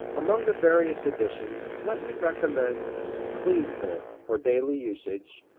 among the various editions let me recommend klindworth for daily usage,